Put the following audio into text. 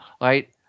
right